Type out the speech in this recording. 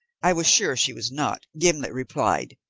i was sure she was not, gimblet replied,